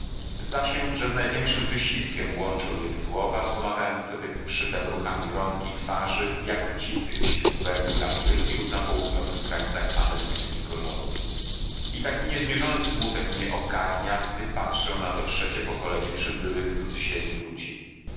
zda się że z największym wysiłkiem łączą je w słowa pomagając sobie przytem ruchami rąk i twarzy jak dzicy gdzieś w głębi afryki lub na południowych krańcach amerykańskiego lądu i taki niezmierzony smutek mnie ogarnia gdy patrzę na to trzecie pokolenie przybyłych tu z ziemi ludzi